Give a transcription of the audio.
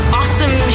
awesome